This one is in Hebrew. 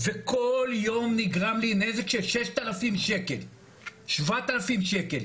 וכל יום נגרם לי נזק של 7,000-6,000 שקל.